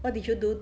what did you do